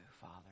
Father